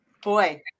Boy